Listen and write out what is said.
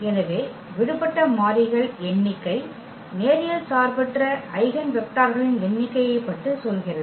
எனவே விடுபட்ட மாறிகள் எண்ணிக்கை நேரியல் சார்பற்ற ஐகென் வெக்டர்களின் எண்ணிக்கையைப் பற்றி சொல்கிறது